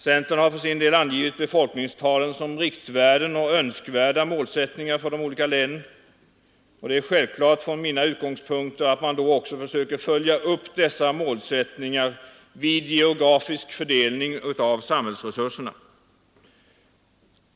Centern har för sin del angivit befolkningstalen som riktvärden och önskvärda målsättningar för de olika länen. Det är från mina utgångspunkter självklart, att man då också försöker följa upp dessa målsättningar vid geografisk fördelning av samhällsresurserna.